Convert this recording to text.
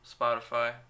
Spotify